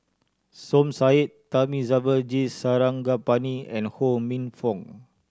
Som Said Thamizhavel G Sarangapani and Ho Minfong